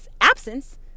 absence